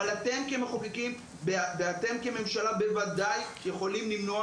אבל אתם כמחוקקים ואתם כממשלה בוודאי יכולים למנוע